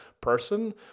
person